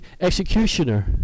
executioner